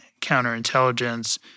counterintelligence